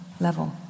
level